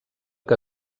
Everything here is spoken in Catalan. que